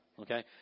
Okay